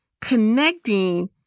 connecting